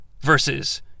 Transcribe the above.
versus